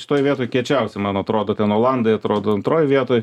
šitoj vietoj kiečiausi man atrodo ten olandai atrodo antroje vietoj